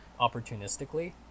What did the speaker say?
opportunistically